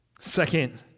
Second